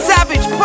Savage